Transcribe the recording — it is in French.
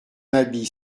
habit